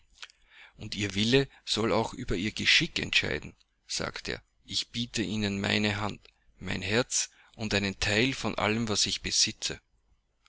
und ihr wille soll auch über ihr geschick entscheiden sagte er ich biete ihnen meine hand mein herz und einen teil von allem was ich besitze